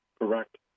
Correct